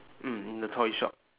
mm in the toy shop